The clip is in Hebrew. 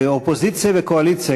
שהאופוזיציה והקואליציה,